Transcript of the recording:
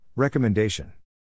Recommendation